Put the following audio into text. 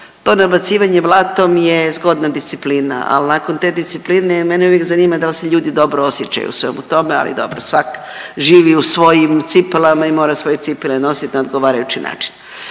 to nabacivanje blatom je zgodna disciplina, ali nakon te discipline mene uvijek zanima da li se ljudi dobro osjećaju u svemu tome. Ali dobro, svak živi u svojim cipelama i mora svoje cipele nositi na odgovarajući način.